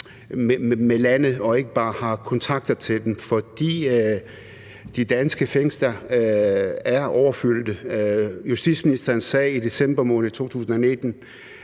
med landene og ikke bare har kontakt til dem, for de danske fængsler er overfyldte. Justitsministeren sagde i december måned 2019: